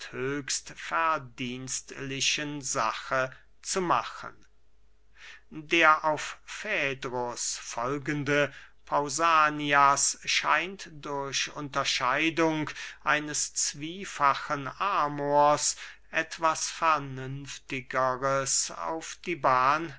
höchst verdienstlichen sache zu machen der auf fädrus folgende pausanias scheint durch unterscheidung eines zwiefachen amors etwas vernünftigeres auf die bahn